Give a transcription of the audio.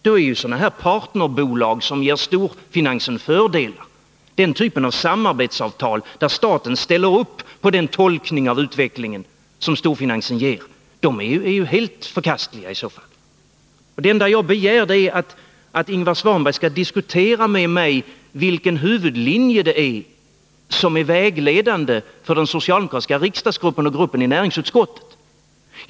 Då är partnerbolag som ger storfinansen fördelar — den typ av samarbetsavtal där staten ställer upp på den tolkning av utvecklingen som storfinansen ger — helt förkastliga. Det enda jag begär är att Ingvar Svanberg skall diskutera med mig om vilken huvudlinje det är som är vägledande för den socialdemokratiska riksdagsgruppen och gruppen i näringsutskottet.